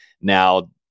now